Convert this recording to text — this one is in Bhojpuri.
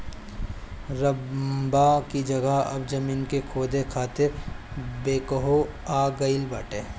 रम्भा की जगह अब जमीन के खोदे खातिर बैकहो आ गईल बाटे